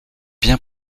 bien